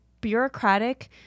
bureaucratic